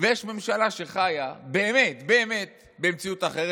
ויש ממשלה שחיה באמת באמת במציאות אחרת.